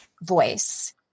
voice